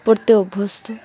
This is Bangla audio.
পরতে অভ্যস্ত